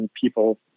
people